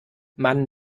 man